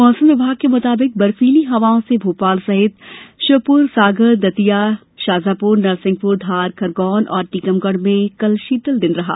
मौसम विभाग के मुताबिक बर्फीली हवाओं से भोपाल सहित नौ शहर श्योपुर सागर दतिया शाजापुर नरसिंहपुर धार खरगोन और टीकमगढ़ में कल शीतल दिन रहा